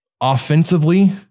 Offensively